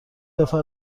نفر